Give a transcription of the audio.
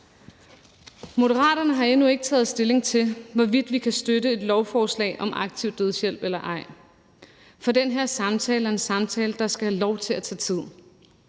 Moderaterne har endnu ikke taget stilling til, hvorvidt vi kan støtte et lovforslag om aktiv dødshjælp eller ej, for det her er en samtale, der skal have lov til at tage tid.